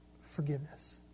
Forgiveness